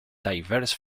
diverse